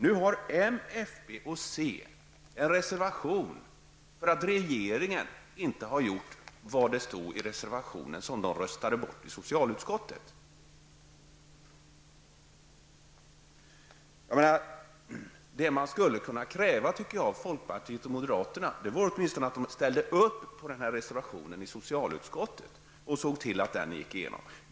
Nu har m, fp och c en reservation, därför att regeringen inte har gjort vad som står i den reservation som de röstade bort i socialutskottet. Man kunde åtminstone kräva av folkpartiet och moderaterna att de hade ställt upp på reservationen i socialutskottet och sett till att den hade tillstyrkts.